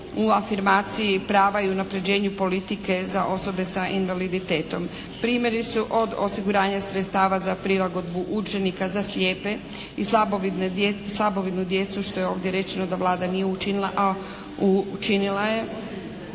u afirmaciji prava i unapređenju politike za osobe sa invaliditetom. Primjeri su od osiguranja sredstava za prilagodbu učenika za slijepe i slabovidnu djecu što je ovdje rečeno da Vlada nije učinila, a učinila je.